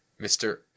Mr